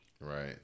Right